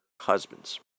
husbands